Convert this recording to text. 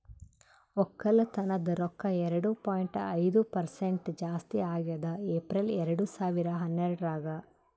ಒಕ್ಕಲತನದ್ ರೊಕ್ಕ ಎರಡು ಪಾಯಿಂಟ್ ಐದು ಪರಸೆಂಟ್ ಜಾಸ್ತಿ ಆಗ್ಯದ್ ಏಪ್ರಿಲ್ ಎರಡು ಸಾವಿರ ಹನ್ನೆರಡರಾಗ್